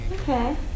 Okay